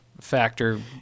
factor